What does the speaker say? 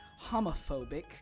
homophobic